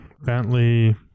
Bentley